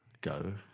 go